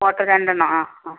photo രണ്ടെണ്ണം ആ ആ